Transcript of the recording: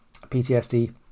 ptsd